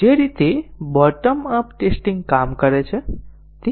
જે રીતે bottom up testing કામ કરે છે તે આ આકૃતિમાંથી જોઈ શકાય છે